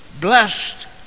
blessed